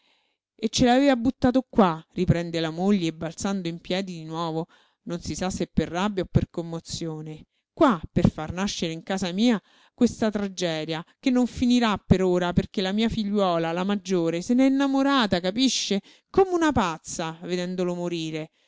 e ce l'aveva buttato qua riprende la moglie balzando in piedi di nuovo non si sa se per rabbia o per commozione qua per far nascere in casa mia questa tragedia che non finirà per ora perché la mia figliuola la maggiore se n'è innamorata capisce come una pazza vedendolo morire